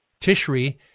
Tishri